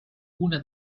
una